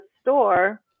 store